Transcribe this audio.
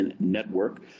network